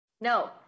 No